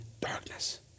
darkness